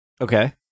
Okay